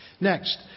Next